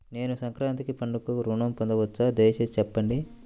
నేను సంక్రాంతికి పండుగ ఋణం పొందవచ్చా? దయచేసి చెప్పండి?